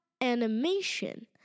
animation